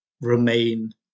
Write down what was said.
remain